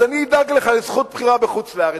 אז אני אדאג לך לזכות בחירה בחוץ-לארץ.